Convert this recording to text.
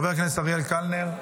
חבר הכנסת אריאל קלנר,